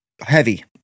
Heavy